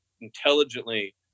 intelligently